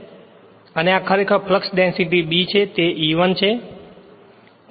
અને આ ખરેખર ફ્લક્સ ડેન્સિટી B છે તે E1છે